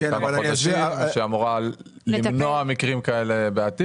כמה חודשים ושאמורה למנוע מקרים כאלה בעתיד.